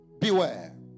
Beware